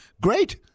Great